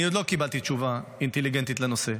אני עוד לא קיבלתי תשובה אינטליגנטית לנושא.